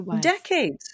decades